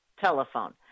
telephone